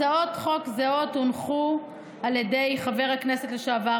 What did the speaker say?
הצעות חוק זהות הונחו על ידי חבר הכנסת לשעבר